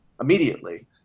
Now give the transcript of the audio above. immediately